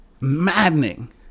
maddening